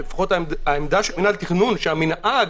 שהעמדה של מינהל התכנון שהמנהג